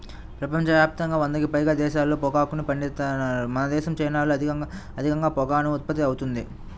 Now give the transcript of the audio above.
ప్రపంచ యాప్తంగా వందకి పైగా దేశాల్లో పొగాకుని పండిత్తన్నారు మనదేశం, చైనాల్లో అధికంగా పొగాకు ఉత్పత్తి అవుతుంది